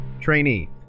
Trainee